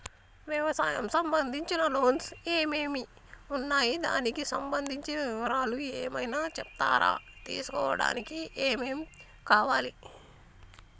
వ్యవసాయం సంబంధించిన లోన్స్ ఏమేమి ఉన్నాయి దానికి సంబంధించిన వివరాలు ఏమైనా చెప్తారా తీసుకోవడానికి ఏమేం కావాలి?